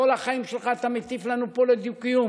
כל החיים שלך אתה מטיף לנו פה לדו-קיום